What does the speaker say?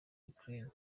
ukraine